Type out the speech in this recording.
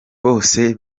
bose